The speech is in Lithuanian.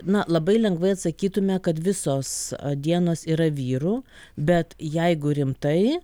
na labai lengvai atsakytume kad visos dienos yra vyrų bet jeigu rimtai